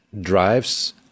drives